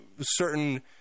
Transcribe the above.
certain